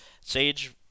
Sage